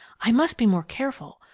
i must be more careful,